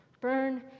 burn